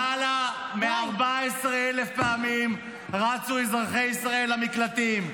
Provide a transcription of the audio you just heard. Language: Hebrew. -- למעלה מ-14,000 פעמים רצו אזרחי ישראל למקלטים,